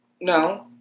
No